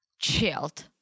chilled